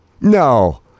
No